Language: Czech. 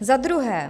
Za druhé.